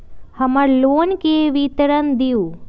हमर लोन के विवरण दिउ